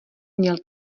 měl